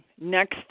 Next